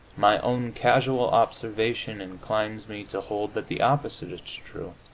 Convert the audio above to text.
my own casual observation inclines me to hold that the opposite is true,